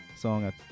song